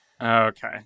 Okay